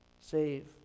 save